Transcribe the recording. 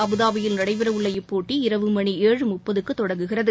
அபுதாபியில் நடைபெறவுள்ள இப்போட்டி இரவு மணி ஏழு முப்பதுக்கு தொடங்குகிறது